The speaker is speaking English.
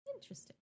Interesting